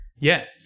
Yes